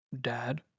dad